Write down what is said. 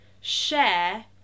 share